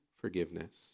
forgiveness